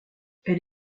elle